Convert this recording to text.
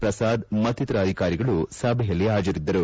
ಪ್ರಸಾದ್ ಮತ್ತಿತರ ಅಧಿಕಾರಿಗಳು ಸಭೆಯಲ್ಲಿ ಹಾಜರಿದ್ದರು